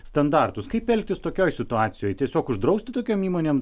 standartus kaip elgtis tokioj situacijoj tiesiog uždrausti tokiom įmonėm